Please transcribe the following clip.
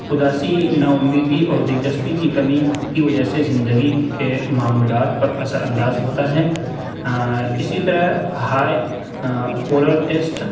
اداسی ناامیدی اور دلچسپی کی کمی کی وجہ سے زندگی کے معمولات پر اثر انداز ہوتا ہے اسی طرح ہائے پورل ٹیسٹ